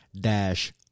Dash